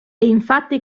infatti